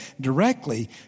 directly